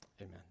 amen